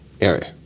area